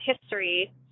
history